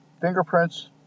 fingerprints